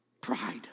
pride